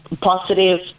positive